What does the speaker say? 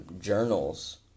journals